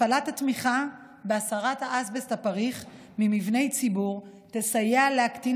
הפעלת התמיכה בהסרת האסבסט הפריך ממבני ציבור תסייע להקטין